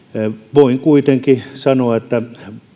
voin kuitenkin sanoa että